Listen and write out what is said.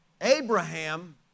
Abraham